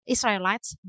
Israelites